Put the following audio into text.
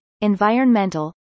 environmental